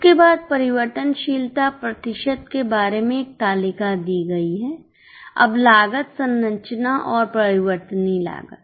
उसके बाद परिवर्तनशीलता प्रतिशत के बारे में एक तालिका दी गई है अब लागत संरचना और परिवर्तनीय लागत